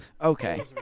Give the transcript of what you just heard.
Okay